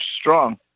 strong